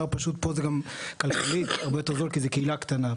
פה זה כלכלית גם הרבה יותר זול כי זו קהילה קטנה.